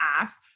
ask